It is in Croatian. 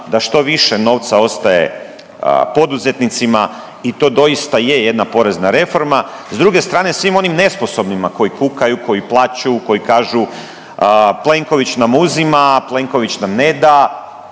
da što više novca ostaje poduzetnicima i to doista je jedna porezna reforma. S druge strane svim onim nesposobnima koji kukaju, koji plaću, koji kažu Plenković nam uzima, Plenković nam ne da,